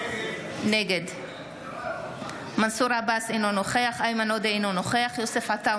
נגד מנסור עבאס, אינו נוכח איימן עודה, אינו נוכח